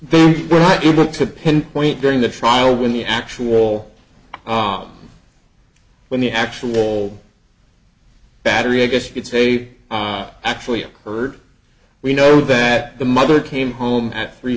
they were not able to pinpoint during the trial when the actual when the actual wall battery i guess you could say actually occurred we know that the mother came home at three